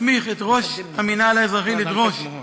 מסמיך את ראש המינהל האזרחי לדרוש